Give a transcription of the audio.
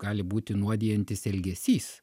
gali būti nuodijantis elgesys